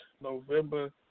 November